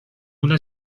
una